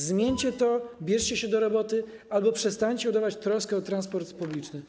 Zmieńcie to, bierzcie się do roboty albo przestańcie udawać troskę o transport publiczny.